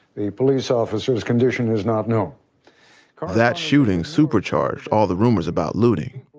the police officer's condition is not known that shooting supercharged all the rumors about looting.